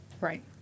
Right